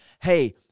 hey